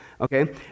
okay